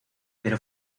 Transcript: pero